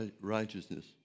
righteousness